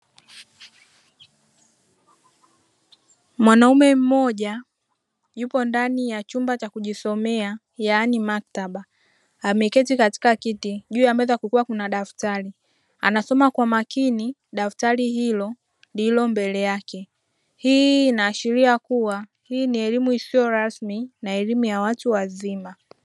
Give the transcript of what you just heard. Mwanaume mmoja yupo ndani ya chumba cha kujisomea yaani maktaba, ameketi katika kiti juu ya meza kukiwa kuna daftari, anasoma kwa makini daftari hilo lililo mbele yake. Hii inaashiria kuwa hii ni elimu isiyo rasmi na elimu ya watu wazima.